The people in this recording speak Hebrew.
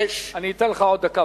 אני אתן לך עוד דקה,